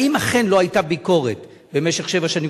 האם אכן לא היתה ביקורת במשך שבע שנים,